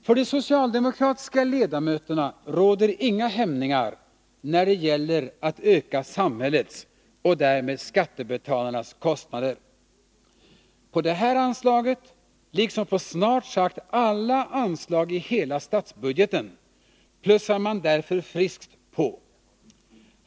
För de socialdemokratiska ledamöterna råder inga hämningar när det gäller att öka samhällets och därmed skattebetalarnas kostnader. Det här anslaget, liksom snart sagt alla anslag i hela statsbudgeten, plussar man därför friskt på.